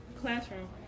classroom